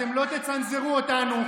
אתם לא תצנזרו אותנו,